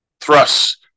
thrusts